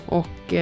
och